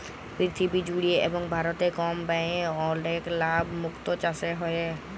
পীরথিবী জুড়ে এবং ভারতে কম ব্যয়ে অলেক লাভ মুক্ত চাসে হ্যয়ে